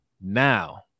now